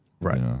Right